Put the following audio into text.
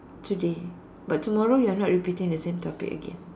today but tomorrow you are not repeating the same topic again